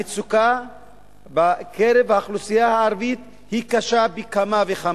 המצוקה בקרב האוכלוסייה הערבית היא קשה פי כמה וכמה.